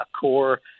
core